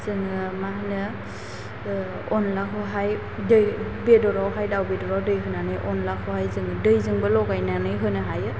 जोङो मा होनो अनलाखौहाय दै बेदरावहाय दाव बेदराव दै होनानै अनलाखौहाय जोङो दैजोंबो लगायनानै होनो हायो